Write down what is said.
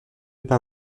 pin